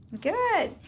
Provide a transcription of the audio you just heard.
Good